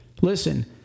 listen